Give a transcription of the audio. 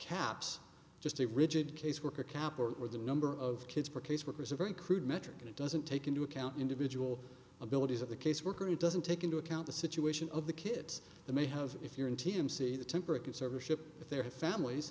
caps just a rigid caseworker cap or the number of kids for caseworkers a very crude metric and it doesn't take into account individual abilities of the caseworker it doesn't take into account the situation of the kids that may have if you're in t m c the temperate conservatorship with their families